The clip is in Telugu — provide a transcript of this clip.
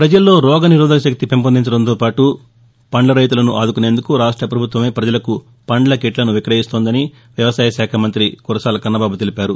ప్రపజల్లో రోగనిరోధక శక్తి పెంపొందించడంతో పాటు పండ్ల రైతులను ఆదుకునేందుకు రాష్ట పభుత్వమే ప్రజలకు పంద్ల కిట్లను విక్రయిస్తోందని వ్యవసాయ శాఖ మంత్రి కురసాల కన్నబాబు తెలిపారు